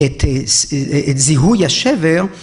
‫את זיהוי השבר.